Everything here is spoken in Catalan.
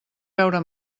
beure